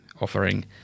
offering